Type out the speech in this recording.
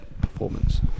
performance